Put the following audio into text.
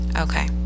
Okay